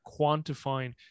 quantifying